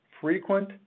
frequent